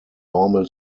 normal